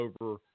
over